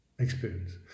experience